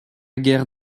guerre